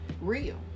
real